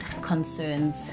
concerns